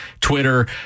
Twitter